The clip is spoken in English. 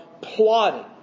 plotting